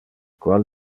qual